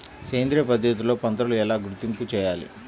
సేంద్రియ పద్ధతిలో పంటలు ఎలా గుర్తింపు చేయాలి?